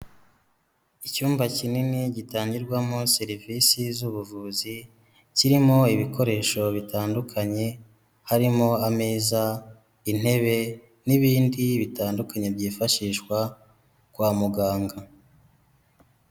Icyumba kinini gitangirwamo serivisi z'ubuvuzi, kirimo ibikoresho bitandukanye, harimo ameza, intebe n'ibindi bitandukanye byifashishwa kwa muganga.